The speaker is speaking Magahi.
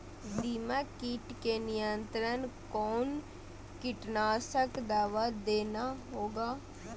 दीमक किट के नियंत्रण कौन कीटनाशक दवा देना होगा?